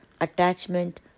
attachment